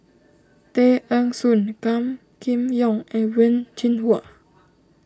Tay Eng Soon Gan Kim Yong and Wen Jinhua